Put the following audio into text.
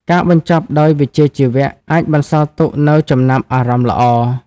ការបញ្ចប់ដោយវិជ្ជាជីវៈអាចបន្សល់ទុកនូវចំណាប់អារម្មណ៍ល្អ។